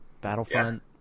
battlefront